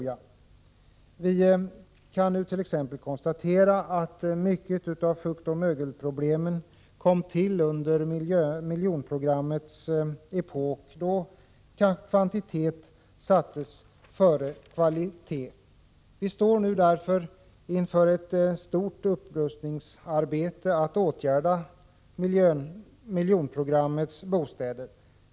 Vi kan nu t.ex. konstatera att mycket av fuktoch mögelproblemen kom till under miljonprogrammets epok, då kvantitet sattes före kvalitet. Vi står nu inför ett stort upprustningsarbete när det gäller att åtgärda miljonprogrammets bostäder.